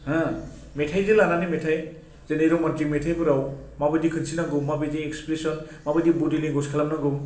हो मेथाइजों लानानै मेथाइ जेरै रमान्टिक मेथाइफोराव माबायदि खिन्थिनांगौ माबायदि एक्सप्रेसन माबायदि बदि लेंगुएस खालाम नांगौ